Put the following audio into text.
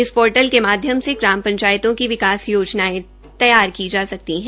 इन portal के माध्यम से ग्राम पंचायतों की विकास योजनायें तैयार की जा सकती है